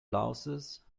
louses